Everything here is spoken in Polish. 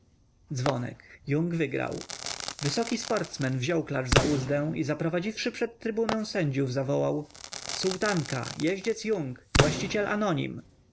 dzwonek yung wygrał wysoki sportsmen wziął klacz za uzdę i zaprowadziwszy przed trybunę sędziów zawołał sułtanka jeździec yung właściciel anonim